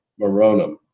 Moronum